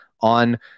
on